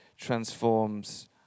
transforms